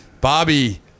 Bobby